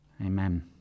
Amen